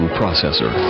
processor